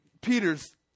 Peter's